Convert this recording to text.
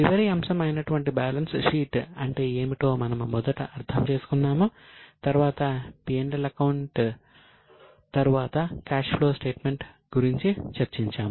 చివరి అంశం అయినటువంటి బ్యాలెన్స్ షీట్ అంటే ఏమిటో మనం మొదట అర్థం చేసుకున్నాము తరువాత P L అకౌంట్ తరువాత క్యాష్ ఫ్లో స్టేట్మెంట్ గురించి చర్చించాము